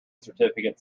certificate